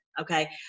Okay